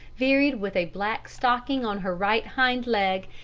varied with a black stocking on her right hind leg,